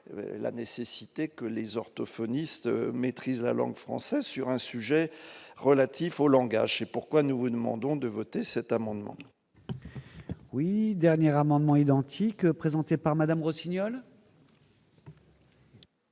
la nécessité que les orthophonistes maîtrisent la langue française sur un sujet relatif au langage, c'est pourquoi nous vous demandons de voter cet amendement. Oui, dernière amendements identiques présentés par Madame Rossignol.